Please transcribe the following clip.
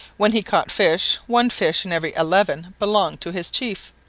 when he caught fish, one fish in every eleven belonged to his chief.